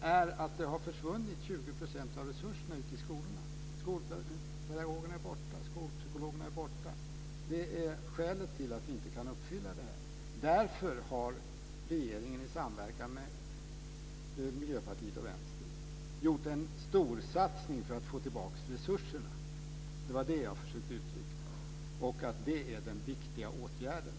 är att 20 % av resurserna ute i skolorna har försvunnit. Skolpedagogerna och skolpsykologerna är borta, och därför kan vi inte uppfylla önskemålen. Regeringen har i samverkan med Miljöpartiet och Vänstern gjort en storsatsning för att få tillbaka resurserna. Jag har velat peka på att det är den viktiga åtgärden.